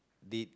did